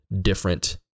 different